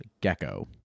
gecko